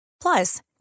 Plus